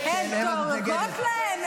הן דואגות להם,